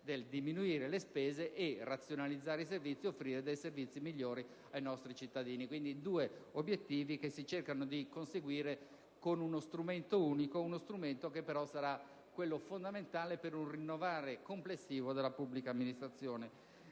di diminuire le spese e di razionalizzare i servizi, offrendo dei servizi migliori ai nostri cittadini. Si tratta di due obiettivi che si cerca di conseguire con uno strumento unico, che sarà fondamentale per un rinnovamento complessivo della pubblica amministrazione.